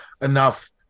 enough